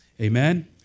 amen